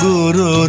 Guru